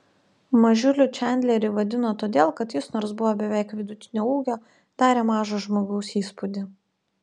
mažiuliu čandlerį vadino todėl kad jis nors buvo beveik vidutinio ūgio darė mažo žmogaus įspūdį